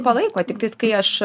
palaiko tiktais kai aš